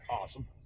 awesome